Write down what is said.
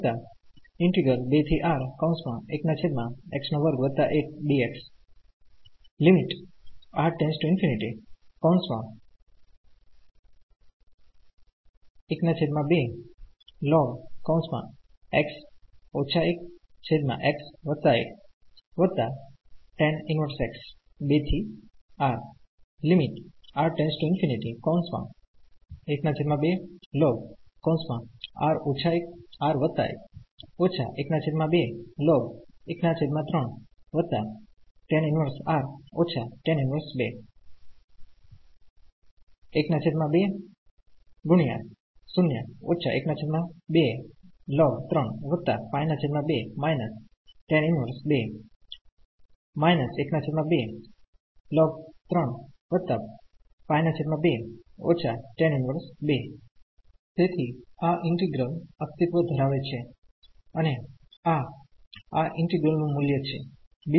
અને આ આ ઈન્ટિગ્રલનું મુલ્ય છે